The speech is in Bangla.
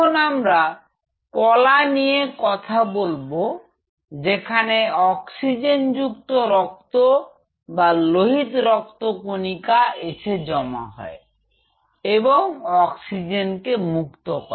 এখন আমরা কলা নিয়ে কথা বলব যেখানে অক্সিজেনযুক্ত রক্ত বা লোহিত রক্তকণিকা এসে জমা হয় এবং অক্সিজেন কে মুক্ত করে